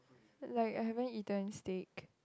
like I haven't eaten steak